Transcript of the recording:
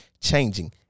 changing